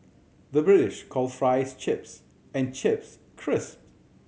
the British call fries chips and chips crisps